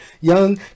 young